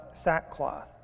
sackcloth